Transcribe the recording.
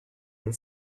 and